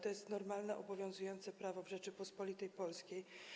To jest normalne, obowiązujące prawo w Rzeczypospolitej Polskiej.